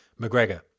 McGregor